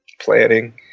planning